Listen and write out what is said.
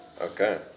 okay